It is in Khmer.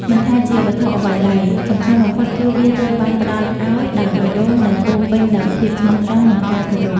មិនថាជាវត្ថុអ្វីឡើយ សំខាន់បំផុតគឺវាត្រូវបានផ្ដល់ឱ្យដោយបេះដូងដែលពោរពេញដោយភាពស្មោះត្រង់ និងការគោរព។